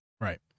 Right